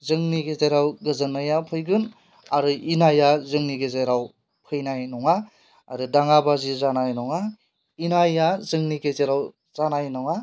जोंनि गेजेराव गोजोननाया फैगोन आरो इनाया जोंनि गेजेराव फैनाय नङा आरो दाङा बाजि जानाय नङा इनाया जोंनि गेजेराव जानाय नङा